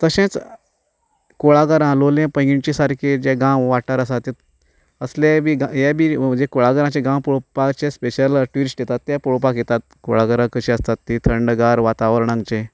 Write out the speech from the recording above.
तशेंच कुळागरां लोलयें पैंगीणचे सारके जे गांव वाठार आसात असलेय बी हे बी जे कुळांगराचे गांव पळोवपाक जे स्पेशल ट्युरिस्ट येतात ते पळोवपाक येतात कुळागरां कशीं आसतात तीं थंडगार वातावरण हांगचें